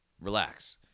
relax